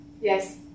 yes